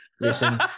Listen